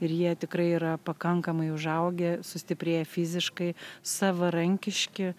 ir jie tikrai yra pakankamai užaugę sustiprėję fiziškai savarankiški